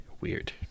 Weird